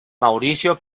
mauricio